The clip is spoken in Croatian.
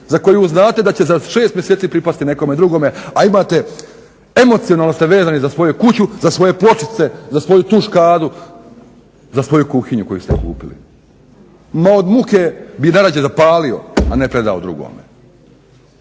za koju znate da će za 6 mjeseci pripasti nekome drugome a imate, emocionalno ste vezani za svoju kuću, za svoje pločice, za svoju tuš kadu, za svoju kuhinju koju ste kupili. Ma od muke bi najrađe zapalio a ne predao drugome.